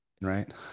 Right